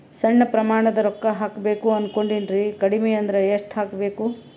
ಸಣ್ಣ ಪ್ರಮಾಣದ ರೊಕ್ಕ ಹಾಕಬೇಕು ಅನಕೊಂಡಿನ್ರಿ ಕಡಿಮಿ ಅಂದ್ರ ಎಷ್ಟ ಹಾಕಬೇಕು?